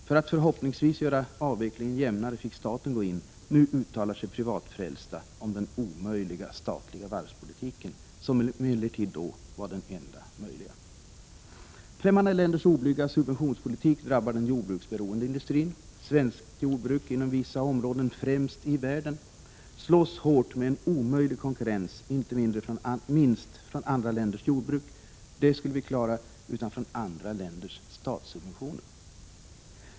För att förhoppningsvis göra avvecklingen jämnare fick staten gå in. Nu uttalar sig privatfrälsta om den omöjliga, statliga varvspolitiken, som emellertid då var den enda möjliga. Främmande länders oblyga subventionspolitik drabbar den jordbruksberoende industrin. Svenskt jordbruk — inom vissa områden främst i världen — slåss hårt med en omöjlig konkurrens, inte från andra länders jordbruk, som vi skulle klara, utan från andra länders statssubventioner.